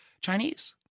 Chinese